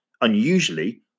unusually